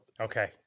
Okay